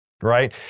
Right